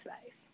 space